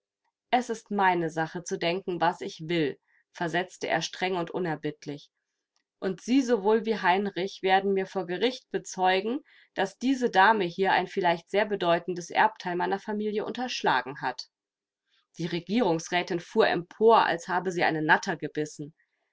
es ist meine sache zu denken was ich will versetzte er streng und unerbittlich und sie sowohl wie heinrich werden mir vor gericht bezeugen daß diese dame hier ein vielleicht sehr bedeutendes erbteil meiner familie unterschlagen hat die regierungsrätin fuhr empor als habe sie eine natter gebissen